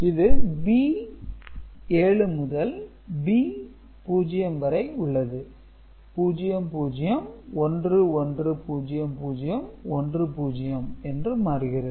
இது B 7 முதல் B 0 வரை உள்ளது 00110010 என்று மாறுகிறது